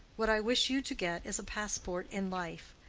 what i wish you to get is a passport in life.